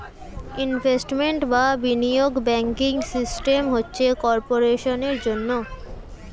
investment বা বিনিয়োগ banking system হচ্ছে কর্পোরেশনের জন্যে